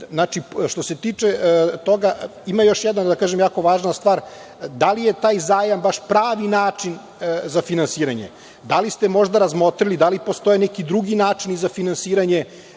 o tome to da diskutujemo. Ima još jedna jako važna stvar, da li je taj zajma baš pravi način za finansiranje. Da li ste možda razmotrili, da li postoji neki drugi način za finansiranje,